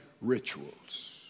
rituals